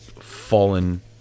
fallen